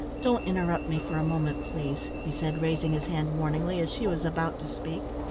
don't interrupt me for a moment, please, he said, raising his hand warningly as she was about to speak.